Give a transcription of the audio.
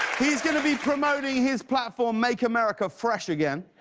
he's going to be promoting his platform make america fresh again.